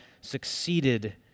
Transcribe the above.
succeeded